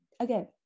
Again